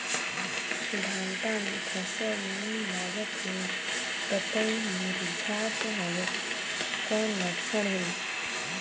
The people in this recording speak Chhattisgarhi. भांटा मे फल नी लागत हे पतई मुरझात हवय कौन लक्षण हे?